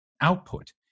output